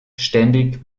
ständig